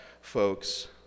folks